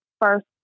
first